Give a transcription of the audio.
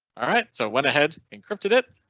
alright, so went ahead encrypted, it.